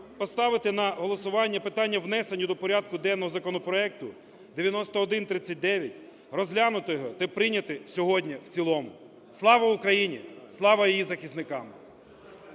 поставити на голосування питання внесення до порядку денного законопроекту 9139, розглянути його та прийняти сьогодні в цілому. Слава Україні! Слава її захисникам!